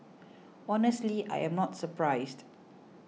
honestly I am not surprised